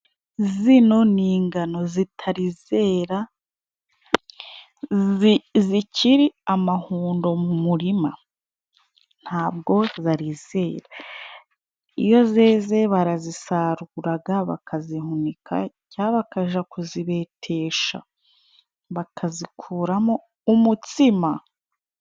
Zino n'ingano zitari zera, zikiri amahundo mu murima, ntabwo zari zera, iyo zeze barazisaruraga bakasihunika cangwa bakaja kuzibetesha bakazikoramo umutsima.